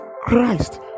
Christ